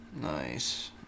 Nice